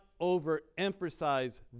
overemphasize